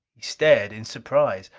he stared in surprise.